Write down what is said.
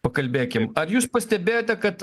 pakalbėkim ar jūs pastebėjote kad